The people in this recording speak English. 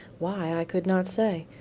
why, i could not say.